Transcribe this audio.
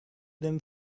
them